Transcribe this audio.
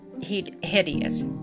hideous